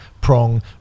Prong